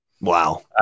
Wow